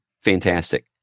fantastic